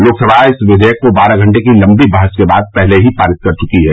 लोकसभा इस विधेयक को बारह घंटे की लम्बी बहस के बाद पहले ही पारित कर चुकी है